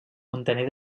muntaner